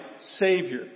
Savior